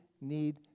need